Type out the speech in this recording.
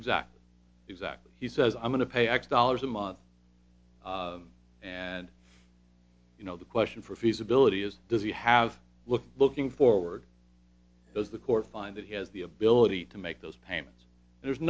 exactly exactly he says i'm going to pay x dollars a month and you know the question for feasibility is does he have look looking forward does the court find that he has the ability to make those payments there's